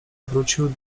wrócił